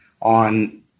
on